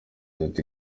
kandi